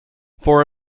for